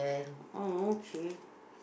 orh okay